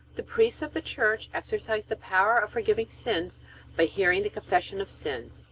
the priests of the church exercise the power of forgiving sins by hearing the confession of sins,